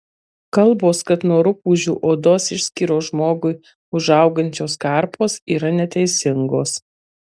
kalbos kad nuo rupūžių odos išskyrų žmogui užaugančios karpos yra neteisingos